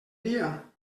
dia